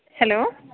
hello